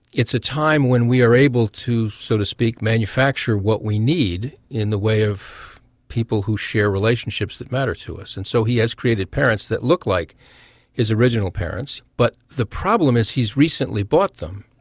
it's a time when we are able to, so to speak, manufacture what we need in the way of people who share relationships that matter to us. and so he has created parents that look like his original parents. but the problem is he has recently bought them,